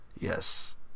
Yes